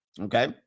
Okay